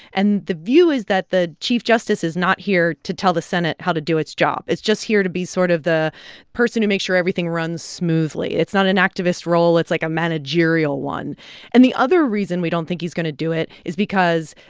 and the view is that the chief justice is not here to tell the senate how to do its job it's just here to be sort of the person make sure everything runs smoothly. it's not an activist role it's like a managerial one and the other reason we don't think he's going to do it is because,